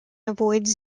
avoids